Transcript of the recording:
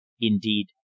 indeed